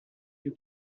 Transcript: you